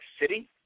City